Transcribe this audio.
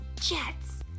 jets